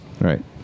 Right